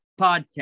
podcast